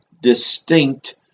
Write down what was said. distinct